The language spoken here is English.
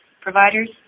providers